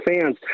fans